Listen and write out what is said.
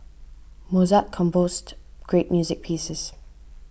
Mozart composed great music pieces